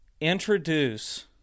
introduce